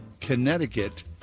Connecticut